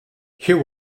you